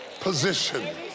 position